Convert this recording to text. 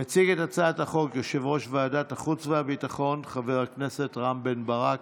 יציג את הצעת החוק יושב-ראש ועדת החוץ והביטחון חבר הכנסת רם בן ברק,